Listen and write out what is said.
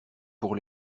pour